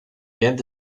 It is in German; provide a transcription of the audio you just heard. während